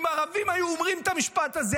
אם ערבים היו אומרים את המשפט הזה,